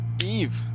eve